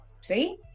See